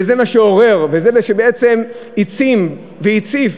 וזה מה שעורר, וזה מה שבעצם העצים והציף